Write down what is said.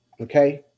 Okay